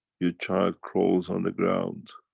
your child crawls on the ground,